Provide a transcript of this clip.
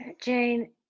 Jane